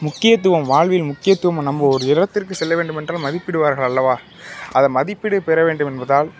முக்கியத்துவம் வாழ்வில் முக்கியத்துவம் நம்ம ஒரு இடத்திற்குச் செல்லவேண்டும் என்றால் மதிப்பிடுவார்கள் அல்லவா அதை மதிப்பீடு பெற வேண்டும் என்பதால்